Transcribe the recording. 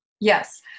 Yes